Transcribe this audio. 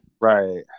Right